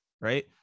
right